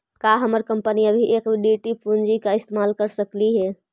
का हमर कंपनी अभी इक्विटी पूंजी का इस्तेमाल कर सकलई हे